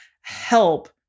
help